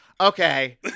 Okay